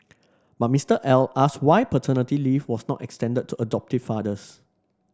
but Mister L asked why paternity leave was not extended to adoptive fathers